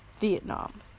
Vietnam